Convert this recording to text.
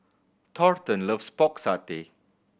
Thornton loves Pork Satay